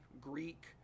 Greek